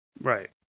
Right